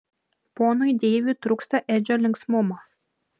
ponui deiviui trūksta edžio linksmumo